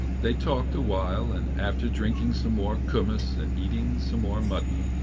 they talked a while, and after drinking some more kumiss and eating some more mutton,